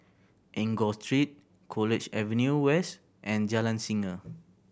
Enggor Street College Avenue West and Jalan Singa